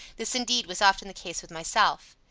this indeed was often the case with myself.